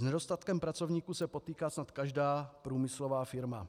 S nedostatkem pracovníků se potýká snad každá průmyslová firma.